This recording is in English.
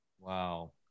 Wow